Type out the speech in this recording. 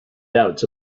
doubts